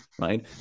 right